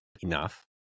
enough